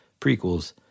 prequels